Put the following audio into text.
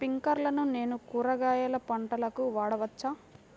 స్ప్రింక్లర్లను నేను కూరగాయల పంటలకు వాడవచ్చా?